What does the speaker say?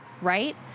right